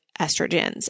estrogens